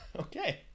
Okay